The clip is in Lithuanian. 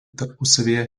tarpusavyje